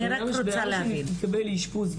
ברגע שמתקבל אישפוז,